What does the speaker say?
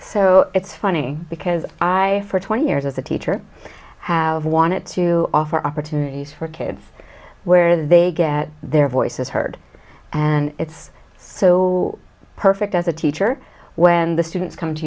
so it's funny because i for twenty years as a teacher have wanted to offer opportunities for kids where they get their voices heard and it's so perfect as a teacher when the students come to